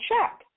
check